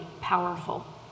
powerful